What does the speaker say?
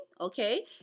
okay